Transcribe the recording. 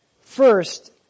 First